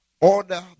order